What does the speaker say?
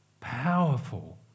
Powerful